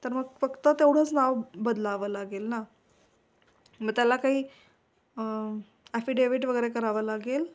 तर मग फक्त तेवढंच नाव बदलावं लागेल ना मग त्याला काही ॲफिडेविट वगैरे करावं लागेल